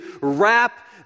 wrap